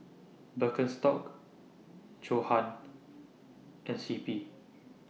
Birkenstock Johan and C P